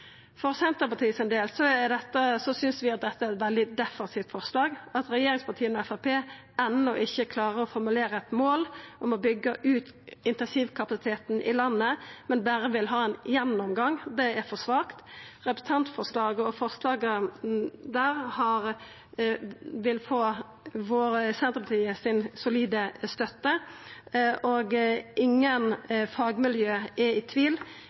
For Senterpartiet sin del synest vi at dette er eit veldig defensivt forslag. At regjeringspartia og Framstegspartiet enno ikkje klarar å formulera eit mål om å byggja ut intensivkapasiteten i landet, men berre vil ha ein gjennomgang, er for svakt. Representantforslaget og forslaga der vil få Senterpartiet sin solide støtte. Ingen fagmiljø er i tvil: